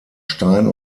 stein